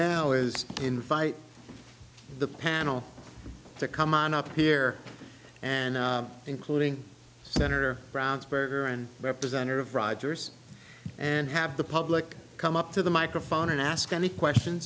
now is invite the panel to come on up here and including senator brown's burger and representative rogers and have the public come up to the microphone and ask any questions